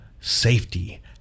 safety